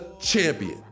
champion